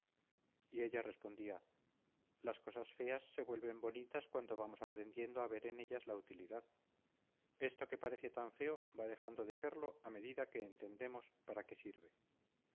y ella respondía las cosas feas se vuelven bonitas cuando vamos aprendiendo a ver en ellas la utilidad esto que parece tan feo va dejando de serlo a medida que entendemos para qué sirve